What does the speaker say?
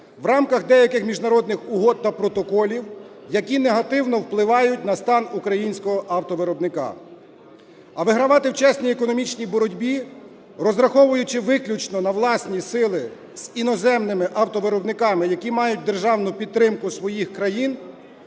в рамках деяких міжнародних угод та протоколів, які негативно впливають на стан українського автовиробника. А вигравати в чесній економічній боротьбі, розраховуючи виключно на власні сили, з іноземними автовиробниками, які мають державну підтримку своїх країн